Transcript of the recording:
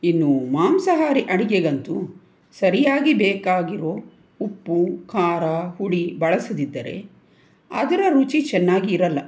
ಇನ್ನು ಮಾಂಸಾಹಾರಿ ಅಡಿಗೆಗಂತೂ ಸರಿಯಾಗಿ ಬೇಕಾಗಿರೋ ಉಪ್ಪು ಖಾರ ಹುಳಿ ಬಳಸದಿದ್ದರೆ ಅದರ ರುಚಿ ಚೆನ್ನಾಗಿ ಇರಲ್ಲ